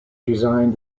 designed